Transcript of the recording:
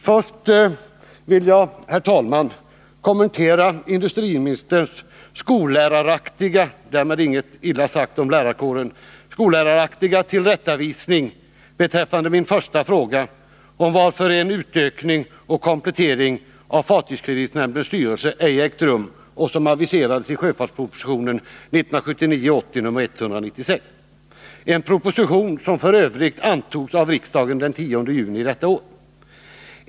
Först vill jag, herr talman, kommentera industriministerns skolläraraktiga — därmed inget illa sagt om lärarkåren — tillrättavisning beträffande min första fråga om varför en utökning och komplettering av fartygskreditnämndens styrelse ej ägt rum som aviserades i sjöfartspropositionen 1979/80:166 — en proposition som f. ö. antogs av riksdagen den 10 juni detta år.